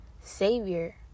Savior